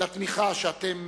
לתמיכה שאתם